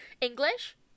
English